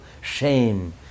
Shame